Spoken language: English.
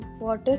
water